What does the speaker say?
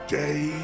day